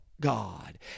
God